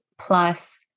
plus